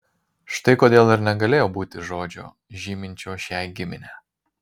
štai kodėl ir negalėjo būti žodžio žyminčio šią giminę